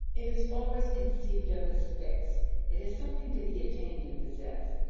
it is always conceived of as fixed it is something to be attained and possessed.